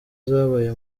zabaye